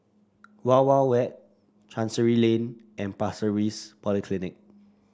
Wild Wild Wet Chancery Lane and Pasir Ris Polyclinic